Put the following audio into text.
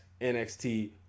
NXT